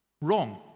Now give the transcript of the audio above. wrong